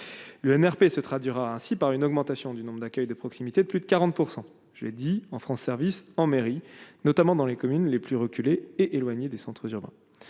le MRP se traduira ainsi par une augmentation du nombre d'accueil de proximité de plus de 40 % je l'ai dit en France, service en mairie, notamment dans les communes les plus reculées et éloignées des centres urbains,